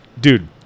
dude